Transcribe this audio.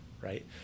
right